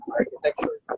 architecture